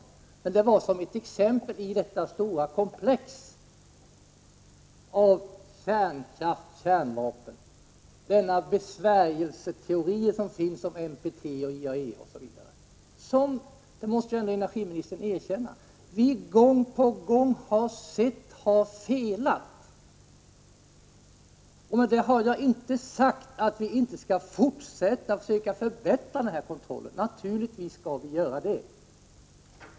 Jag nämnde USA för att belysa vilket stort komplex av frågor som finns när det gäller sambandet mellan kärnkraft och kärnvapen. Med något slags besvärjelseteori hänvisas till NPT och IAEA. Men energiministern måste ändå erkänna att vi gång på gång har sett hur dessa kontrollorgan har felat. Med detta har jag inte sagt att vi inte skall fortsätta att försöka förbättra kontrollen. Naturligtvis skall vi göra det.